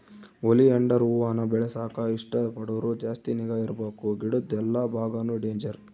oleander ಹೂವಾನ ಬೆಳೆಸಾಕ ಇಷ್ಟ ಪಡೋರು ಜಾಸ್ತಿ ನಿಗಾ ಇರ್ಬಕು ಗಿಡುದ್ ಎಲ್ಲಾ ಬಾಗಾನು ಡೇಂಜರ್